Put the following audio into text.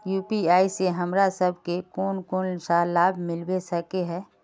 UPI से हमरा सब के कोन कोन सा लाभ मिलबे सके है?